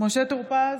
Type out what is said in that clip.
משה טור פז,